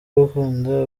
gukunda